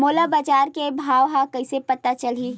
मोला बजार के भाव ह कइसे पता चलही?